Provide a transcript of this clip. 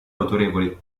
autorevoli